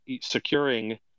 securing